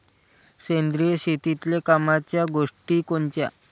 सेंद्रिय शेतीतले कामाच्या गोष्टी कोनच्या?